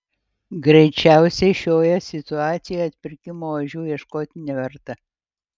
greičiausiai šioje situacijoje atpirkimo ožių ieškoti neverta